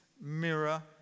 mirror